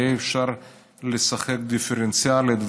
יהיה אפשר לשחק דיפרנציאלית,